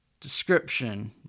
description